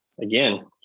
again